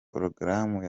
porogaramu